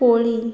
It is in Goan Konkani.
कोळी